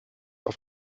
auf